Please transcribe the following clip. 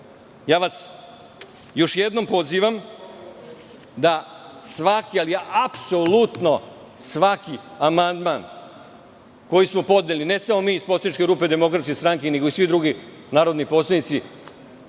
ja vas još jednom pozivam da svaki, ali apsolutno svaki amandman koji smo podneli, ne samo mi iz poslaničke grupe DS, nego i svi drugi narodni poslanici,